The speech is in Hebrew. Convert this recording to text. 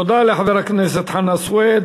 תודה לחבר הכנסת חנא סוייד.